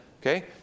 okay